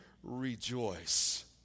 rejoice